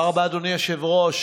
תודה רבה, אדוני היושב-ראש.